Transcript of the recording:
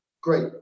Great